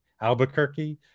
Albuquerque